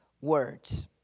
words